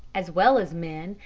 as well as men,